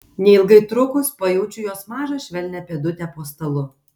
neilgai trukus pajaučiu jos mažą švelnią pėdutę po stalu